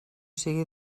siga